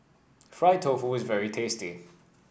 Fried Tofu is very tasty